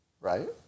right